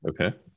Okay